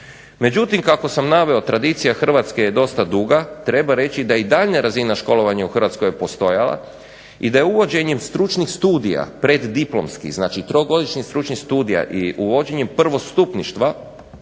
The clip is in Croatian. Međutim, kako sam naveo tradicija Hrvatske je dosta duga. Treba reći da i daljnja razina školovanja u Hrvatskoj je postojala i da je uvođenjem stručnih studija, preddiplomski. Znači, trogodišnjih stručnih studija i uvođenjem prvostupništva